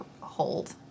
hold